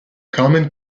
common